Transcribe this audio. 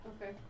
Okay